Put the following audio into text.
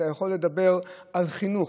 אתה יכול לדבר על חינוך,